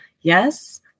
yes